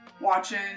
watching